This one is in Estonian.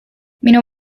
minu